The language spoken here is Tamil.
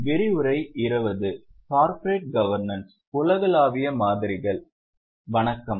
வணக்கம்